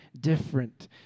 different